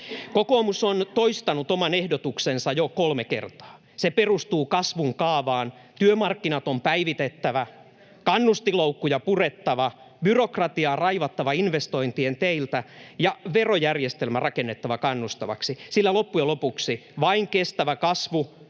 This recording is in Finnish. Kokoomus on toistanut oman ehdotuksensa jo kolme kertaa. Se perustuu kasvun kaavaan: [Suna Kymäläinen: Miljardiveronkevennykset hyvätuloisille, velaksi!] työmarkkinat on päivitettävä, kannustinloukkuja purettava, byrokratiaa raivattava investointien teiltä ja verojärjestelmä rakennettava kannustavaksi, sillä loppujen lopuksi vain kestävä kasvu ja